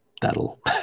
That'll